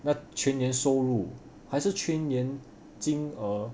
那全年收入还是全年金额